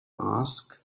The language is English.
asked